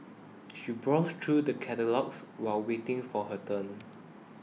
she browsed through the catalogues while waiting for her turn